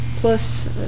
plus